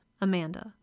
Amanda